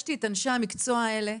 הרגשתי את אנשי המקצוע האלה,